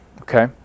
okay